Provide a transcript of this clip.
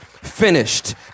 finished